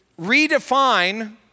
redefine